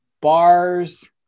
bars